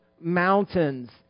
mountains